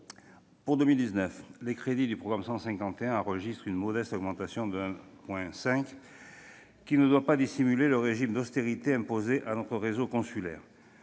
Pour 2019, les crédits du programme 151 enregistrent une modeste augmentation, de 1,5 %, qui ne doit pas dissimuler le régime d'austérité imposé à notre réseau consulaire.